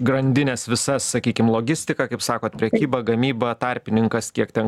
grandines visas sakykim logistika kaip sakot prekyba gamyba tarpininkas kiek ten